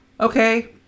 Okay